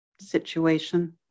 situation